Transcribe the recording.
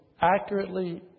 accurately